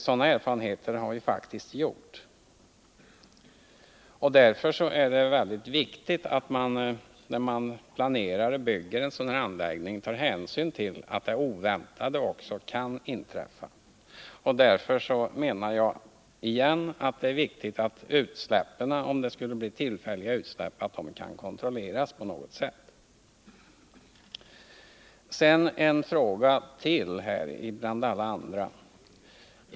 Sådana erfarenheter har vi faktiskt gjort. Därför är det mycket viktigt att man, när man planerar och bygger en sådan här anläggning, tar hänsyn till att det oväntade också kan inträffa. Jag upprepar därför att eventuellt inträffande tillfälliga utsläpp bör kunna kontrolleras på något sätt. Sedan vill jag beröra bara ytterligare en fråga bland alla andra.